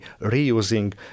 reusing